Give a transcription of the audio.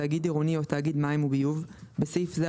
תאגיד עירוני או תאגיד מים וביוב (בסעיף זה,